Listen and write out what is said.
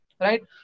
right